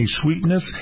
sweetness